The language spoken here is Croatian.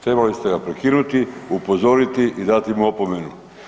Trebali ste ga prekinuti, upozoriti i dati mu opomenu.